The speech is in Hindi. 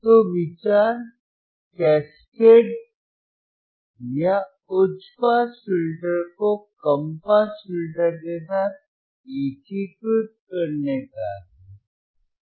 तो विचार कैस्केड करें या उच्च पास फिल्टर को कम पास फिल्टर के साथ एकीकृत करने का है